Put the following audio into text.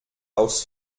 aus